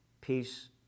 peace